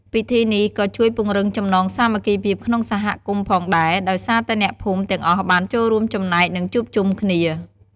ពិធីនេះក៏ជួយពង្រឹងចំណងសាមគ្គីភាពក្នុងសហគមន៍ផងដែរ ដោយសារតែអ្នកភូមិទាំងអស់បានចូលរួមចំណែក និងជួបជុំគ្នា។